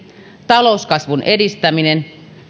talouskasvun edistäminen